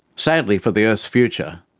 sadly for the earth's future,